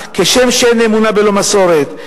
כשם שאין אמונה בלא מסורת.